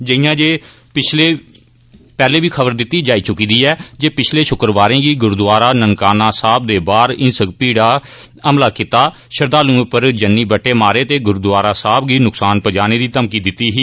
जियां जे पैहले बी खबर दित्ती जाई चुकी दी ऐ जे पिछले शुक्रवार श्री गुरूद्वारा ननकाना साहेब दे बाहर हिंसक भीड़ै हमला कीता श्रद्वालुएं पर जन्नी बट्टे मारे ते गरूद्वारा साहेब गी नसकान पजाने दी धमकी दित्ती ही